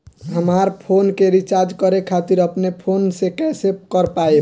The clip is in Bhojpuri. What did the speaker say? हमार फोन के रीचार्ज करे खातिर अपने फोन से कैसे कर पाएम?